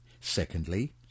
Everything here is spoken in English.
Secondly